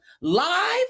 live